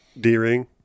d-ring